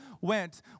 went